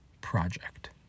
project